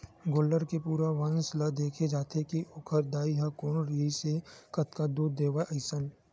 गोल्लर के पूरा वंस ल देखे जाथे के ओखर दाई ह कोन रिहिसए कतका दूद देवय अइसन